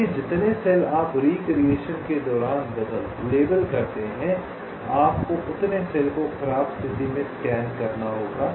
क्योंकि जितने सेल आप रीक्रिएशन के दौरान लेबल करते हैं आपको उतने सेल को खराब स्थिति में स्कैन करना होगा